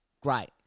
great